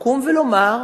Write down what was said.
לקום ולומר: